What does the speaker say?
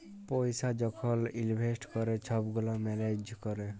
পইসা যখল ইলভেস্ট ক্যরে ছব গুলা ম্যালেজ ক্যরে